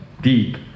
deep